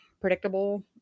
predictable